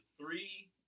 three